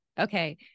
Okay